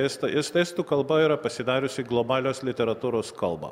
estai es estų kalba yra pasidariusi globalios literatūros kalba